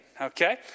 okay